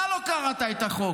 אתה לא קראת את החוק.